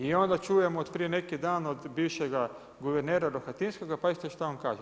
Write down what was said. I onda čujem od prije neki dan od bivšega guvernera Rohatinskoga, pazite šta on kaže.